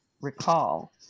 recall